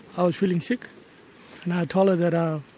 i was feeling sick and i told her that i